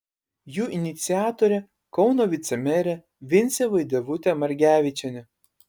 jų iniciatorė kauno vicemerė vincė vaidevutė margevičienė